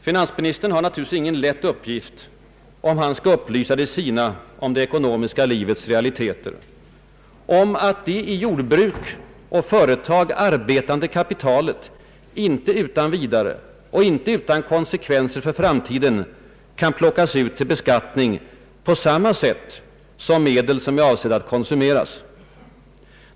Finansministern har naturligtvis ingen lätt uppgift, om han skall upplysa de sina om det ekonomiska livets realiteter, om att det i jordbruk och företag arbetande kapitalet inte utan vidare och inte utan konsekvenser för framtiden kan plockas ut till beskattning på samma sätt som medel avsedda att konsumeras.